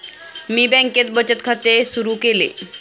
मी बँकेत बचत खाते सुरु केले